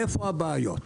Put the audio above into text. איפה הבעיות?